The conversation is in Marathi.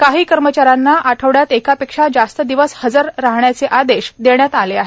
काही कर्मचाऱ्यांना आठवड्यात एकापेक्षा जास्त दिवस हजर राहण्याचे आदेश देण्यात आले आहेत